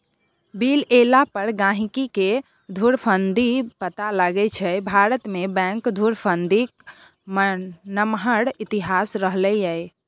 bill एला पर गहिंकीकेँ धुरफंदी पता लगै छै भारतमे बैंक धुरफंदीक नमहर इतिहास रहलै यै